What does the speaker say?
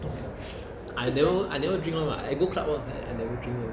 I never I never drink [one] what I go club all I never drink [one]